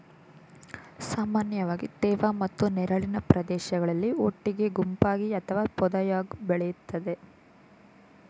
ಸಾಮಾನ್ಯವಾಗಿ ತೇವ ಮತ್ತು ನೆರಳಿನ ಪ್ರದೇಶಗಳಲ್ಲಿ ಒಟ್ಟಿಗೆ ಗುಂಪಾಗಿ ಅಥವಾ ಪೊದೆಯಾಗ್ ಬೆಳಿತದೆ